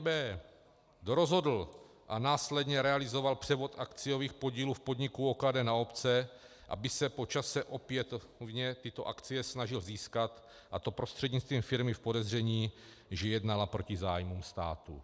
B. Kdo rozhodl a následně realizoval převod akciových podílů v podniku OKD na obce, aby se po čase opětovně tyto akcie snažil získat, a to prostřednictvím firmy v podezření, že jednala proti zájmům státu.